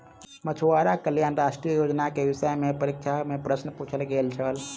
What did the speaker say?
मछुआरा कल्याण राष्ट्रीय योजना के विषय में परीक्षा में प्रश्न पुछल गेल छल